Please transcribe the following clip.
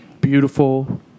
beautiful